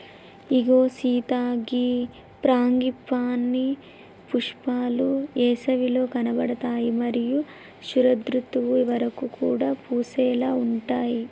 ఇగో సీత గీ ఫ్రాంగిపానీ పుష్పాలు ఏసవిలో కనబడుతాయి మరియు శరదృతువు వరకు బాగా పూసేలాగా ఉంటాయి